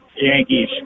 Yankees